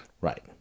Right